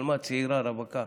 עלמה צעירה, רווקה.